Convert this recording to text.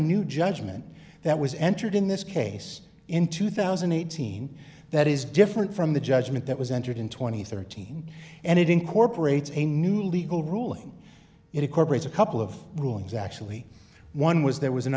new judgment that was entered in this case in two thousand and eighteen that is different from the judgment that was entered in two thousand and thirteen and it incorporates a new legal ruling in a corporate a couple of rulings actually one was there was an